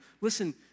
Listen